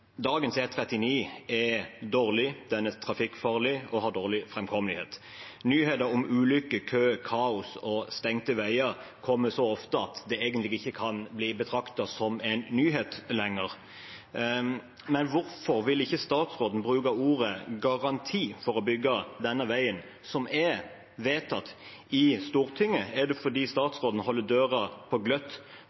er dårlig, den er trafikkfarlig og har dårlig framkommelighet. Nyheter om ulykker, kø, kaos og stengte veier kommer så ofte at det egentlig ikke kan bli betraktet som en nyhet lenger. Hvorfor vil ikke statsråden bruke ordet «garanti» for å bygge denne veien, som er vedtatt i Stortinget? Er det fordi statsråden holder døren på gløtt